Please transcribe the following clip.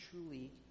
truly